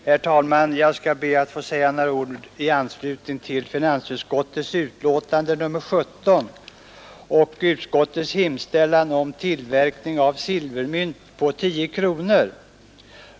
Herr talman! Jag skall be att få säga några ord i anslutning till finansutskottets betänkande nr 17 och utskottets hemställan om tillverkning av silvermynt på tio kronor.